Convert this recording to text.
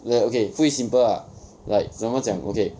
like that okay put it simple ah like 怎么讲 okay